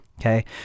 Okay